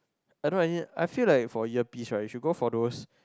I don't know eh as in I feel like for earpiece right you should go for those